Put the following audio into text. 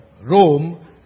Rome